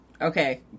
okay